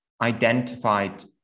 identified